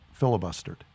filibustered